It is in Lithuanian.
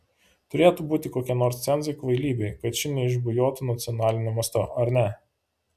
turėtų būti kokie nors cenzai kvailybei kad ši neišbujotų nacionaliniu mastu ar ne